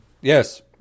Yes